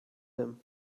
him